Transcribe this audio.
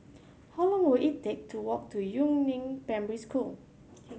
how long will it take to walk to Yu Neng Primary School